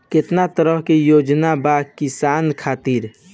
केतना तरह के योजना बा किसान खातिर?